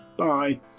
Bye